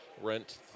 rent